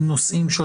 לנושאים של